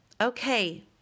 Okay